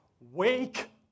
Wake